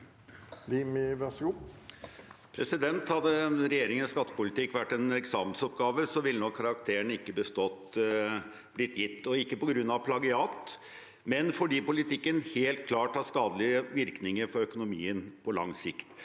Hadde regjer- ingens skattepolitikk vært en eksamensoppgave, ville nok karakteren ikke bestått blitt gitt – ikke på grunn av plagiat, men fordi politikken «helt klart har skadelige virkninger på økonomien på lang sikt».